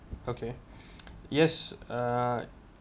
okay yes uh